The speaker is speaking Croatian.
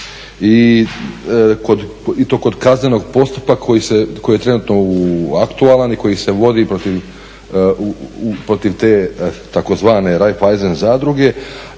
I to kod kaznenog postupka koji je trenutno aktualan i koji se vodi protiv te tzv. raiffeisen zadruge,